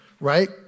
Right